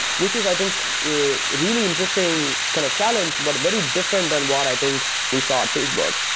which is i think a really interesting kind of challenge, but very different than what i think we saw at facebook.